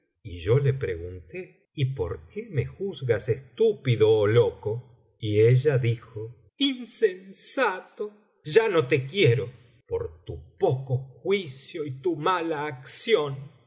y yo le pregunté y por qué me juzgas estúpido ó loco y ella dijo insensato ya no te quiero por tu poco juicio y tu mala acción